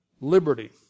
liberty